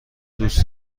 دوست